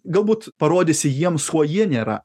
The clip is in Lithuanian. galbūt parodysi jiems kuo jie nėra